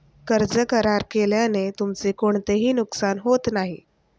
कर्ज करार केल्याने तुमचे कोणतेही नुकसान होत नाही